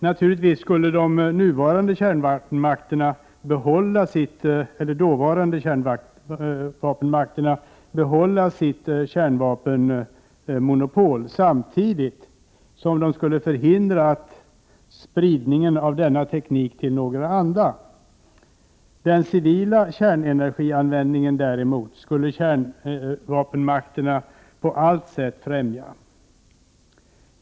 Naturligtvis skulle de dåvarande kärnvapenmakterna behålla sitt kärnvapenmonopol. Men samtidigt skulle de förhindra spridning av denna teknik till andra. Den civila kärnenergianvändningen däremot skulle kärnvapenmakterna på alla sätt främja.